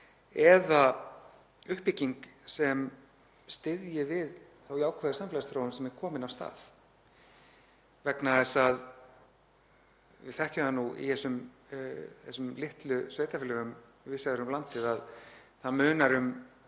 eða uppbygging sem styðji við þá jákvæðu samfélagsþróun sem er komin af stað. Við þekkjum það nú í þessum litlu sveitarfélögum víðs vegar um landið að það munar um